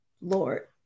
Lord